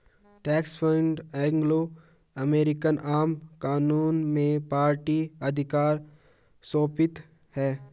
trust fund Anglo American आम कानून में पार्टी अधिकार सौंपती है